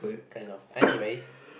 kind of anyway